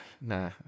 nah